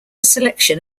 selection